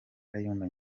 kayumba